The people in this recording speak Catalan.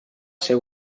ser